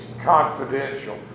confidential